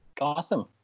Awesome